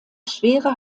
schwere